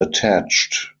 attached